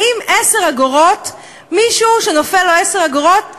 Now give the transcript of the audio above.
האם 10 אגורות, מישהו שנופל לו מטבע של 10 אגורות,